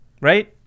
right